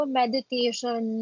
meditation